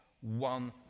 one